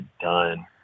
done